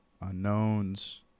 Unknowns